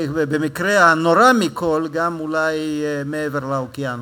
ובמקרה הנורא מכול גם אולי מעבר לאוקיינוס.